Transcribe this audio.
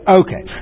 okay